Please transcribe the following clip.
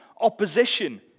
opposition